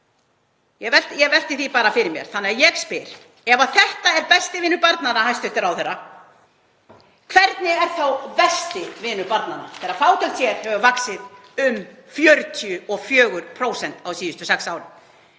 Ég velti því bara fyrir mér þannig að ég spyr: Ef þetta er besti vinur barnanna, hæstv. ráðherra, hvernig er þá versti vinur barnanna þegar fátækt hér hefur vaxið um 44% á síðustu sex árum?